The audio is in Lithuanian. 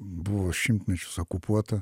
buvo šimtmečius okupuota